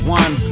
one